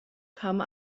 come